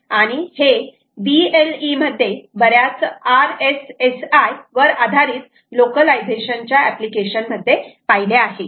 आणि हे BLE मध्ये बऱ्याच RSSI वर आधारित लोकलायझेशन च्या एप्लीकेशन मध्ये पाहिले आहे